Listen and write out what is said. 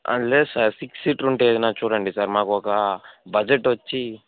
లేదు sir six seater ఉంటే ఏమైనా చూడండి సార్ మాకు ఒక బడ్జెట్ వచ్చి